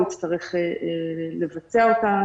הוא יצטרך לבצע אותה.